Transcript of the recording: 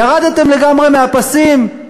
ירדתם לגמרי מהפסים?